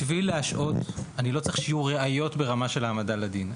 בשביל להשעות אני לא צריך שתהיינה ראיות ברמה של העמדה לדין,